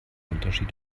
unterschied